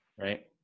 Right